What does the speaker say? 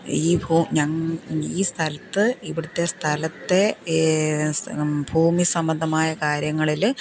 ഈ ഈ സ്ഥലത്ത് ഇവിടത്തെ സ്ഥലത്തെ ഈ ഭൂമിസംബദ്ധമായ കാര്യങ്ങളിൽ